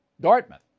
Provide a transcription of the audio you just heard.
Dartmouth